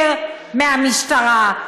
המשטרה.